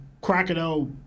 Crocodile